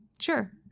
Sure